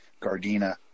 Gardena